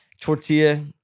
Tortilla